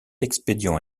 expédient